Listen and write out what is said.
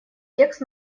текст